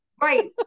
Right